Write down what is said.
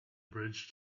bridge